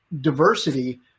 diversity